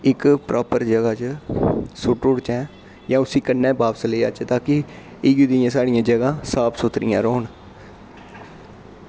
इक प्रापर जगह च सुट्टी ओड़चै जां उसी कन्नै बापस लेई आचै ता कि इ'यै जेहियै साढ़ियां जगह साफ सुथरियां रौह्न